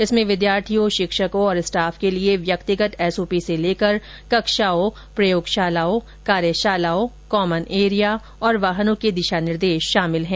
इसमें विद्यार्थियों शिक्षकों और स्टाफ के लिए व्यक्तिगत एसओपी से लेकर कक्षाओं प्रयोगशालाओं कार्यशालाओं कॉमन एरिया और वाहनों के दिशा निर्देश शामिल है